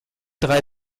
drei